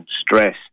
stress